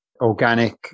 organic